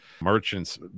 merchants